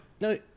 No